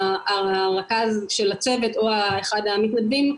הרכז של הצוות או אחד המתנדבים,